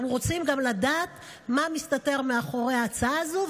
אנחנו רוצים גם לדעת מה מסתתר מאחורי ההצעה הזו,